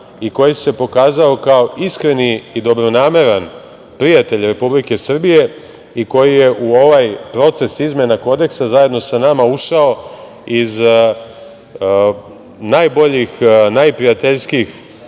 i koji se pokazao kao iskren i dobronameran prijatelj Republike Srbije i koji je u ovaj proces izmena Kodeksa, zajedno sa nama, ušao iz najboljih, najprijatljskijih